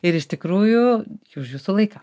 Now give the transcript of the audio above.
ir iš tikrųjų už jūsų laiką